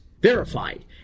Verified